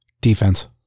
defense